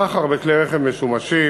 סחר בכלי רכב משומשים,